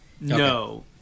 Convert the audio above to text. no